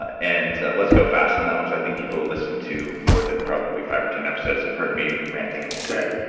and let's go fast on that one, cause i think people who listen to more than probably five or ten episodes have heard me ranting about this. right.